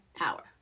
hour